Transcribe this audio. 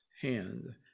hand